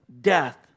death